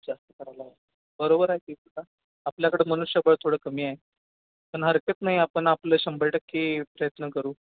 जास्त करायला बरोबर आहे ते म्हणा आपल्याकडे मनुष्यबळ थोडं कमी आहे पण हरकत नाही आपण आपलं शंभर टक्के प्रयत्न करू